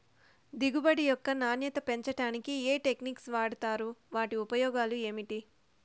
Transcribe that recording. దిగుబడి యొక్క నాణ్యత పెంచడానికి ఏ టెక్నిక్స్ వాడుతారు వాటి ఉపయోగాలు ఏమిటి?